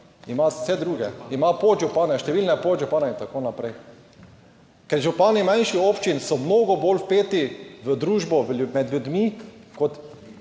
ima vse druge, ima podžupane, številne podžupane in tako naprej. Ker župani manjših občin so mnogo bolj vpeti v družbo med ljudmi, kot